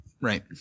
Right